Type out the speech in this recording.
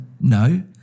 No